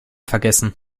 vergessen